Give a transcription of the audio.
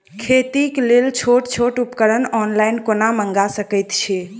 खेतीक लेल छोट छोट उपकरण ऑनलाइन कोना मंगा सकैत छी?